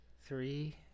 Three